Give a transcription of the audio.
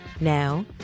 Now